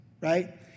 Right